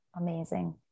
Amazing